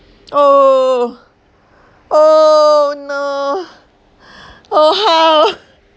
oh oh no oh how